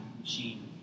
machine